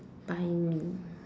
buy me